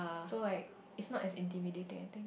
so like it's not as intimidating I think